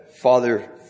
Father